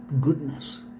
goodness